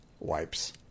Wipes